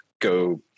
go